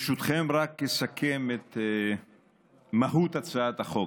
ברשותכם רק אסכם את מהות הצעת החוק: